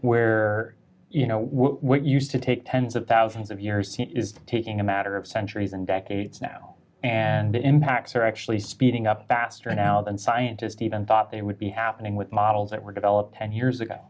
where you know what used to take tens of thousands of years is taking a matter of centuries and decades now and the impacts are actually speeding up faster now than scientist even thought they would be happening with models that were developed ten years ago